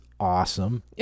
awesome